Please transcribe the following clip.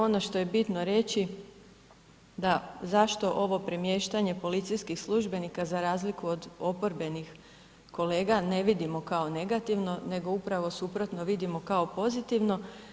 Ono što je bitno reći da zašto ovo premještanje policijskih službenika za razliku od oporbenih kolega ne vidimo kao negativno, nego upravo suprotno vidimo kao pozitivno.